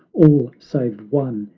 all save one,